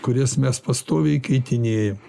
kurias mes pastoviai keitinėjam